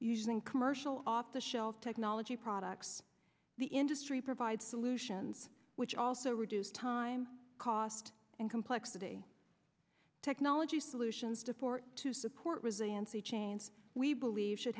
using commercial off the shelf technology products the industry provide solutions which also reduce time cost and complexity technology solutions to port to support resiliency chains we believe should